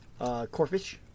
corfish